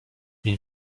une